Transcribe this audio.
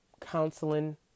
Counseling